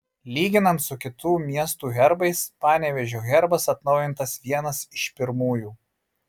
lyginant su kitų miestų herbais panevėžio herbas atnaujintas vienas iš pirmųjų